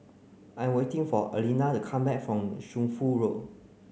I'm waiting for Alina to come back from Shunfu Road